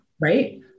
right